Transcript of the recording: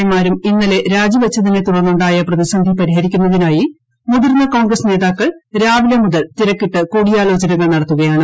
A മാരും ഇന്നലെ രാജിവെച്ചതിനെ തുടർന്നുണ്ടായ പ്രതിസന്ധി പരിഹരിക്കുന്നതിനായി മുതിർന്ന കോൺഗ്രസ് നേതാക്കൾ രാവിലെ തിരക്കിട്ട് കൂടിയാലോചകൾ നടത്തുകയാണ്